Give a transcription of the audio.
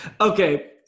Okay